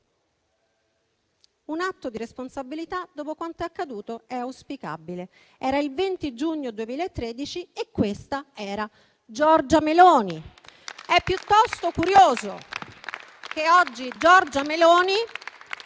un atto di responsabilità dopo quanto è accaduto è auspicabile». Era il 20 giugno 2013 e questa era Giorgia Meloni. Ed è piuttosto curioso che oggi Giorgia Meloni